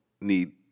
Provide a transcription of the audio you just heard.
need